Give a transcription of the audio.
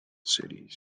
cities